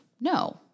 No